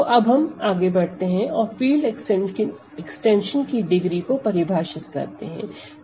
तो अब आगे बढ़ते हैं और फील्ड एक्सटेंशन की डिग्री को परिभाषित करते हैं